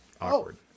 awkward